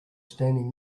standing